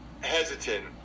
hesitant